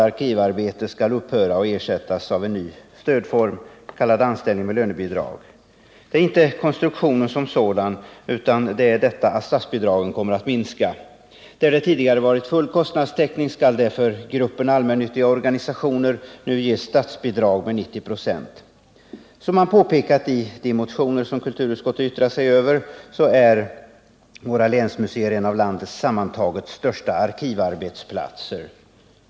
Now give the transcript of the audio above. Det beror inte på konstruktionen som sådan utan på att statsbidragen kommer att minska. Där det tidigare har varit full kostnadstäckning skulle det för gruppen allmännyttiga organisationer nu ges statsbidrag med 90 96. Som man påpekat i de motioner som kulturutskottet har yttrat sig över är länsmuseerna sammantaget en av landets största arkivarbetsplatser.